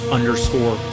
underscore